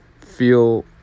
feel